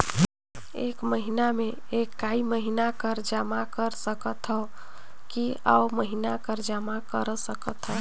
एक महीना मे एकई महीना कर जमा कर सकथव कि अउ महीना कर जमा कर सकथव?